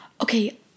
okay